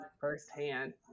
firsthand